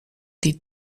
die